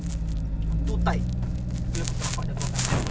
bila aku bilang dengan cousin aku semua shock sia oh